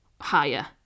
higher